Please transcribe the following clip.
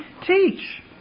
teach